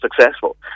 successful